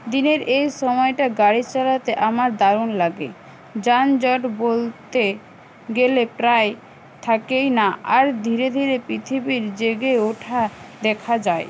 দিনের এই সমায়টা গাড়ি চালাতে আমার দারুণ লাগে যানজট বলতে গেলে প্রায় থাকেই না আর ধীরে ধীরে পৃথিবীর জেগে ওঠা দেখা যায়